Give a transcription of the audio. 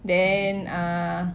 then err